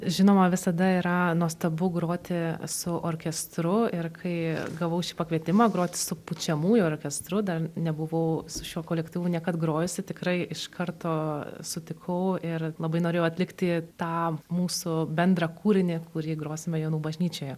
žinoma visada yra nuostabu groti su orkestru ir kai gavau šį pakvietimą groti su pučiamųjų orkestru dar nebuvau su šiuo kolektyvu niekad grojusi tikrai iš karto sutikau ir labai norėjau atlikti tą mūsų bendrą kūrinį kurį grosime jonų bažnyčioje